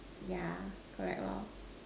yeah correct at all